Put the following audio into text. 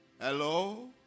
Hello